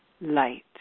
light